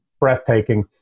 breathtaking